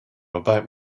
about